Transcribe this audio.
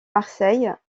marseille